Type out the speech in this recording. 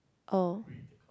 oh